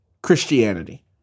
Christianity